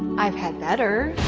i've had better.